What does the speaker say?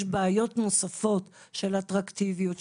יש בעיות נוספות של אטרקטיביות,